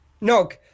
Nog